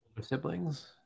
siblings